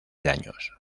daños